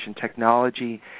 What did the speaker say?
technology